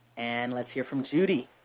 and let's hear from judy.